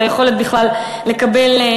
והיכולת בכלל לקבל מזונות.